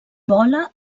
vola